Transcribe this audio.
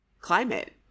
climate